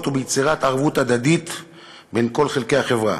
וביצירת ערבות הדדית בין כל חלקי החברה.